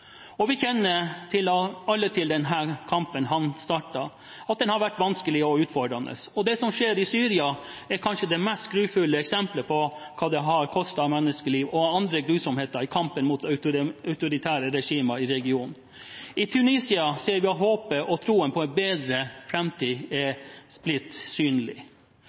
Vi kjenner alle til at den kampen han startet, har vært vanskelig og utfordrende. Det som skjer i Syria, er kanskje det mest grufulle eksemplet på hva det har kostet av menneskeliv og andre grusomheter i kampen mot autoritære regimer i regionen. I Tunisia ser vi at håpet om og troen på en bedre framtid er blitt synlig.